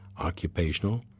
occupational